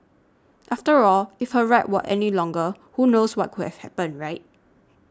after all if her ride were any longer who knows what could have happened right